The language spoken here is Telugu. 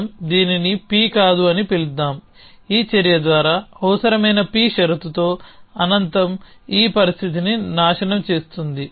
మనం దీనిని p కాదు అని పిలుద్దాం ఈ చర్య ద్వారా అవసరమైన p షరతుతో అనంతం ఈ పరిస్థితిని నాశనం చేస్తుంది